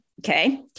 Okay